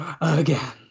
again